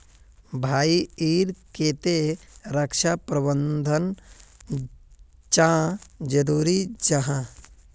भाई ईर केते रक्षा प्रबंधन चाँ जरूरी जाहा?